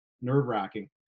nerve-wracking